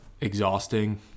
Exhausting